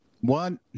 One